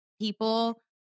people